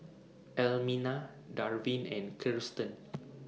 Elmina Darvin and Kiersten